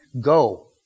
Go